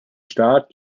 staat